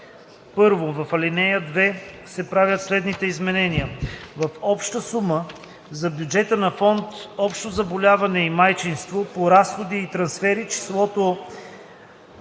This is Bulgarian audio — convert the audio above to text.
6: „1. В ал. 2 се правят следните изменения: - в обща сума за бюджета на фонд „Общо заболяване и майчинство” по разходи и трансфери, числото